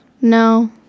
No